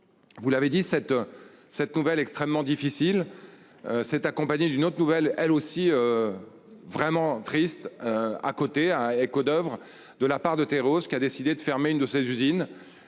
Vous l'avez dit, cette. Cette nouvelle extrêmement difficile. S'est accompagné d'une autre nouvelle, elle aussi. Vraiment triste à côté écho d'Oeuvres de la part de terreau, ce qui a décidé de fermer une de ses usines,